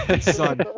son